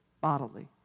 bodily